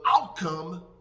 outcome